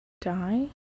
die